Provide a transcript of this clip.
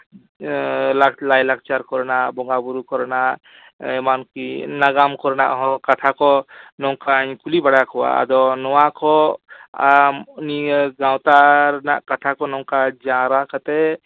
ᱞᱟᱭ ᱞᱟᱠᱪᱟᱨ ᱠᱚᱨᱮᱱᱟᱜ ᱵᱚᱸᱜᱟ ᱵᱩᱨᱩ ᱠᱚᱨᱮᱱᱟᱜ ᱮᱢᱟᱱᱠᱤ ᱱᱟᱜᱟᱢ ᱠᱚᱮᱱᱟᱜ ᱦᱚᱸ ᱠᱟᱛᱷᱟ ᱠᱚ ᱱᱚᱝᱠᱟᱧ ᱠᱩᱞᱤ ᱵᱟᱲᱟ ᱠᱚᱣᱟ ᱟᱫᱚ ᱱᱚᱣᱟ ᱠᱚ ᱟᱢ ᱱᱤᱭᱟᱹ ᱜᱟᱶᱛᱟ ᱨᱮᱱᱟᱜ ᱠᱟᱛᱷᱟ ᱠᱚ ᱱᱚᱝᱠᱟ ᱡᱟᱣᱨᱟ ᱠᱟᱛᱮ